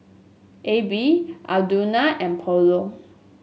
A B Audrina and Paulo